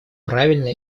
правильно